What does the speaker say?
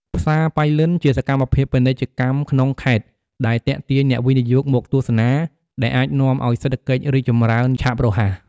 ផ្សារប៉ៃលិន ជាសកម្មភាពពាណិជ្ជកម្មក្នុងខេត្ត ដែលទាក់ទាញអ្នកវិនិយោគមកទស្សនា ដែលអាចនាំឱ្យសេដ្ធកិច្ចរីកចម្រើនឆាប់រហ័ស។